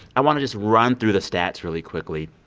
i want to just run through the stats really quickly.